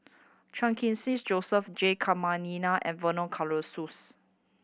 Chan Khun Sing Joseph J Jayamani and Vernon Cornelius